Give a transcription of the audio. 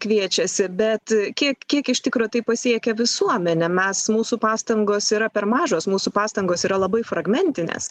kviečiasi bet kiek kiek iš tikro tai pasiekia visuomenę mes mūsų pastangos yra per mažos mūsų pastangos yra labai fragmentinės